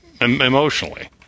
emotionally